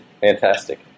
Fantastic